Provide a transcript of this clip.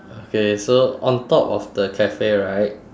okay so on top of the cafe right